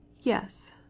Yes